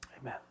amen